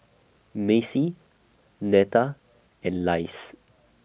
Macie Netta and Lise